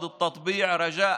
לחיסון.